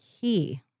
key